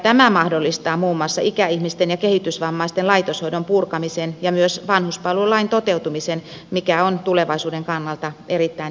tämä mahdollistaa muun muassa ikäihmisten ja kehitysvammaisten laitoshoidon purkamisen ja myös vanhuspalvelulain toteutumisen mikä on tulevaisuuden kannalta erittäin tärkeä tavoite